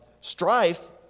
strife